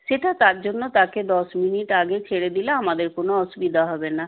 সেটা তার জন্য তাকে দশ মিনিট আগে ছেড়ে দিলে আমাদের কোনো অসুবিধা হবে না